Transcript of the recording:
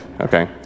Okay